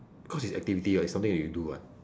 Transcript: cause it's activity [what] it's something that you do [what]